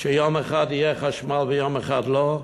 שיום אחד יהיה חשמל ויום אחד לא?